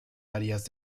áreas